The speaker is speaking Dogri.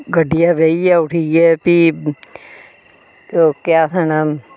गड्डिया बेहिये उठिये भी केह् आखना